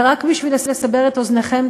ורק בשביל לסבר את אוזנכם,